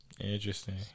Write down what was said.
Interesting